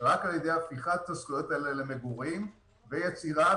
רק על ידי הפיכת הזכויות האלה למגורים ויצירת